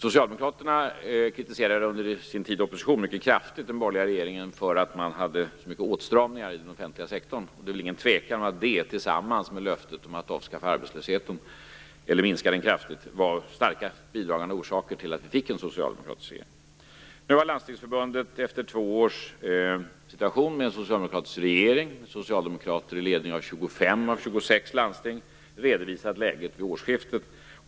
Socialdemokraterna kritiserade under sin tid i opposition mycket kraftigt den borgerliga regeringen för att det gjordes så mycket åtstramningar i den offentliga sektorn. Det är väl inget tvivel om att detta tillsammans med löftet om att minska arbetslösheten kraftigt var starkt bidragande orsaker till att vi fick en socialdemokratisk regering. Nu har Landstingsförbundet, efter två år med en socialdemokratisk regering och med socialdemokrater i ledningen i 25 av 26 landsting, redovisat läget vid årsskiftet.